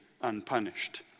unpunished